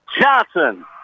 Johnson